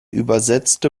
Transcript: übersetzte